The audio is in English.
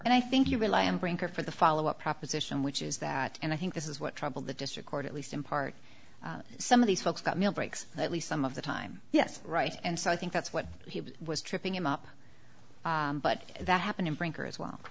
and i think you rely on brinker for the follow up proposition which is that and i think this is what troubled the district court at least in part some of these folks got meal breaks at least some of the time yes right and so i think that's what he was tripping him up but that happened in brinker as well